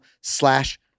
slash